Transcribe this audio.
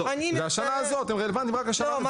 והם רלוונטיים רק לשנה הזאת.